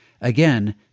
Again